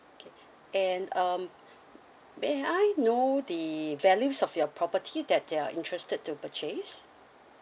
okay and um may I know the values of your property that you are interested to purchase